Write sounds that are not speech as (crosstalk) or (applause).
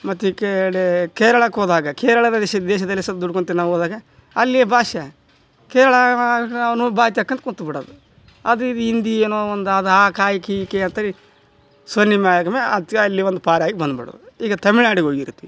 ಮತ್ತು ಈ ಕಡೆ ಕೇರಳಕ್ಕೆ ಹೋದಾಗ ಕೇರಳದ ದೇಶ ದೇಶದಲ್ಲಿ ಸಲ್ಪ ದುಡ್ಕೊಂಡ್ ತಿನ್ನೊ ಹೋದಾಗ ಅಲ್ಲಿಯ ಭಾಷೆ ಕೇರಳ (unintelligible) ಅವನು ಬಾಯಿ ತೆಕ್ಕಂತ ಕುಂತು ಬಿಡೋದು ಅದು ಇದು ಹಿಂದಿ ಏನೋ ಒಂದು ಅದು ಆ ಕಾಯ್ ಕಿ ಕೆ ಅಂತೇಳಿ ಸನ್ನೆ (unintelligible) ಅಲ್ಲಿ ಒಂದು ಪಾರಾಗಿ ಬಂದು ಬಿಡೋದು ಈಗ ತಮಿಳ್ನಾಡಿಗೆ ಹೋಗಿರ್ತಿವಿ